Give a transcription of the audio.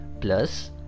plus